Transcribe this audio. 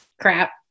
crap